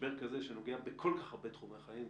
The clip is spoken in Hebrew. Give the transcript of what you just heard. משבר כזה שנוגע בכל כך הרבה תחומי החיים.